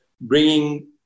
bringing